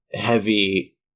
heavy